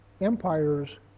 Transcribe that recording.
empires